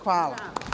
Hvala.